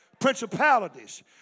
Principalities